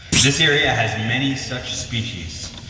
this area has many such species.